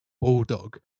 bulldog